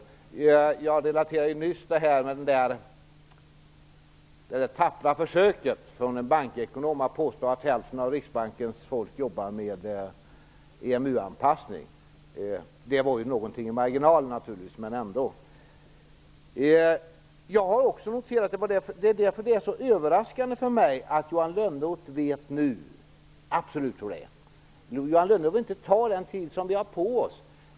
Jag relaterade ju nyss till en bankekonoms tappra försök att påstå att hälften av Riksbankens folk jobbar med EMU-anpassning. Det var ju naturligtvis något i marginalen, men dock. Det är överraskande för mig att Johan Lönnroth nu vet exakt hur det är. Johan Lönnroth vill inte använda den tid som vi har på oss.